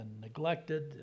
neglected